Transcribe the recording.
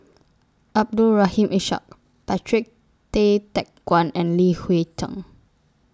Abdul Rahim Ishak Patrick Tay Teck Guan and Li Hui Cheng